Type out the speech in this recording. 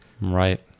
Right